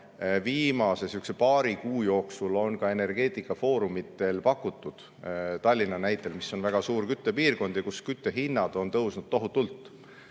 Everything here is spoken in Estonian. viimase paari kuu jooksul on ka energeetikafoorumitel pakutud Tallinna näitel, mis on väga suur küttepiirkond ja kus küttehinnad on tõusnud tohutult.